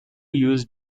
use